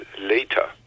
later